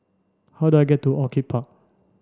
how do I get to Orchid Park